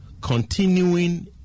continuing